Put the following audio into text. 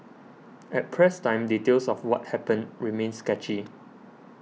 at press time details of what happened remained sketchy